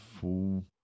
full